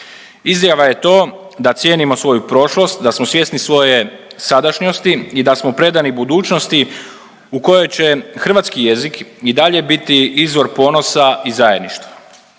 izjava je to da cijenimo svoju prošlost, da smo svjesni svoje sadašnjosti i da smo predani budućnosti u kojoj će hrvatski jezik i dalje biti izvor ponosa i zajedništva.